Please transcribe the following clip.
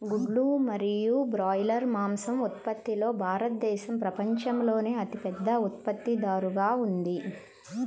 గుడ్లు మరియు బ్రాయిలర్ మాంసం ఉత్పత్తిలో భారతదేశం ప్రపంచంలోనే అతిపెద్ద ఉత్పత్తిదారుగా ఉంది